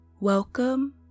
Welcome